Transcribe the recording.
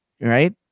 right